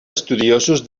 estudiosos